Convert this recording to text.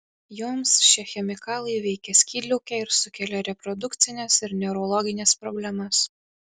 joms šie chemikalai veikia skydliaukę ir sukelia reprodukcines ir neurologines problemas